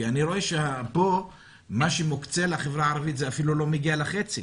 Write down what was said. כי אני רואה שמה שמוקצה לחברה הערבית פה אפילו לא מגיע לחצי,